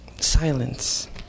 Silence